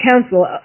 Council